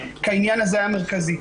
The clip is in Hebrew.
כי העניין הזה היה מרכזי.